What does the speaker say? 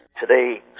today